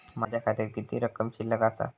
माझ्या खात्यात किती रक्कम शिल्लक आसा?